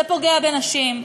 זה פוגע בנשים,